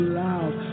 loud